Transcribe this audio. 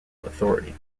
authority